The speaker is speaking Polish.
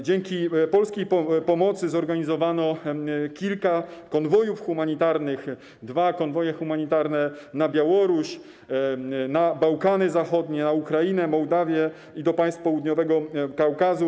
Dzięki polskiej pomocy zorganizowano kilka konwojów humanitarnych: dwa konwoje humanitarne na Białoruś, na Bałkany Zachodnie, na Ukrainę, do Mołdawii i do państw południowego Kaukazu.